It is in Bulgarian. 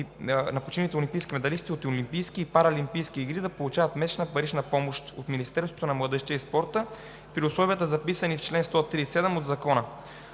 на починалите олимпийски медалисти от олимпийски и параолимпийски игри да получават месечна парична помощ от Министерството на младежта и спорта при условията, записани в чл. 137 от Закона.